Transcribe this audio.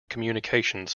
communications